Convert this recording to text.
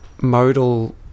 modal